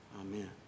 Amen